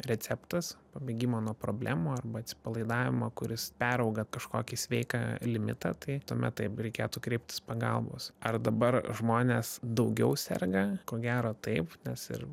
receptas pabėgimo nuo problemų arba atsipalaidavimo kuris perauga kažkokį sveiką limitą tai tuomet taip reikėtų kreiptis pagalbos ar dabar žmonės daugiau serga ko gero taip nes ir